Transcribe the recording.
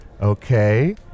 Okay